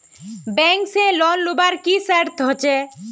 Bank से loan लुबार की की शर्त होचए?